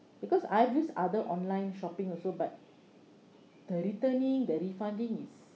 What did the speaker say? because I use other online shopping also but the returning the refunding is